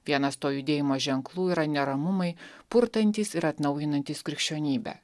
vienas to judėjimo ženklų yra neramumai purtantys ir atnaujinantys krikščionybę